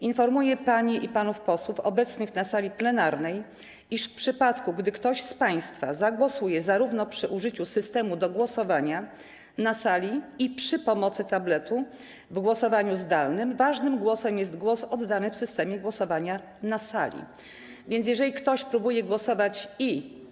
Informuję panie i panów posłów obecnych na sali plenarnej, iż w przypadku, gdy ktoś z państwa zagłosuje zarówno przy użyciu systemu do głosowania na sali, jak i przy pomocy tabletu w głosowaniu zdalnym, ważnym głosem jest głos oddany w systemie głosowania na sali, więc jeżeli ktoś próbuje głosować i.